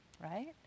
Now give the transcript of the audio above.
right